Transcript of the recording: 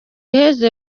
iheze